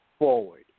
forward